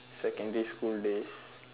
secondary school days